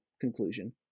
conclusion